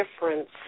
difference